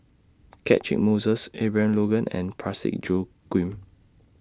Catchick Moses Abraham Logan and Parsick Joaquim